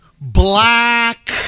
Black